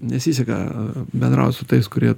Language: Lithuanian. nesiseka bendraut su tais kurie